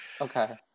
Okay